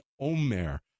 omer